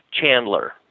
Chandler